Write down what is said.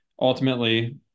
ultimately